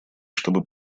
чтобы